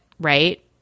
right